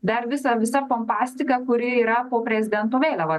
dar visa visa pompastika kuri yra po prezidento vėliava